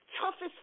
Toughest